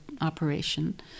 operation